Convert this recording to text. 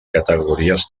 categories